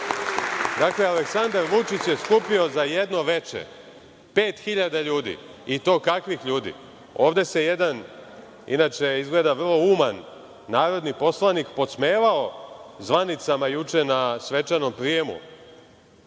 Dakle, Aleksandar Vučić je skupio za jedno veče 5.000 ljudi, i to kakvih ljudi. Ovde se jedan, inače izgleda vrlo uman, narodni poslanik podsmevao zvanicama juče na svečanom prijemu.